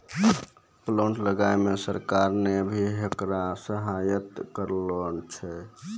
plant लगाय मॅ सरकार नॅ भी होकरा सहायता करनॅ छै